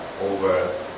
over